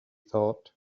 thought